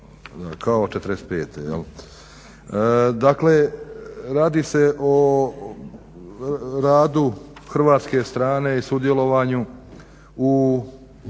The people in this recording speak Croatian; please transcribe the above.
kao '45. Dakle, radi se o radu hrvatske strane i sudjelovanju u